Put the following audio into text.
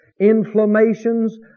inflammations